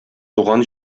туган